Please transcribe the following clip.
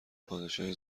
پادشاهی